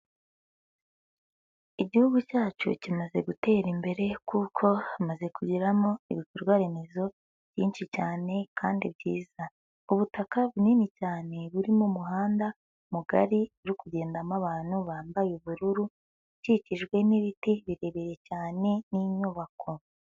Igihugu cyacu kimaze gutera imbere, kuko hamaze kugeramo ibikorwa remezo byinshi cyane kandi byiza, ubutaka bunini cyane burimo mu muhanda mugari, uri kugendamo abantu bambaye ubururu, ukikijwe n'ibiti birebire cyane n'inyubako.